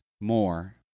more